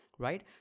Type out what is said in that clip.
Right